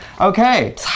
Okay